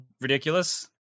ridiculous